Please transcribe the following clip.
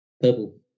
purple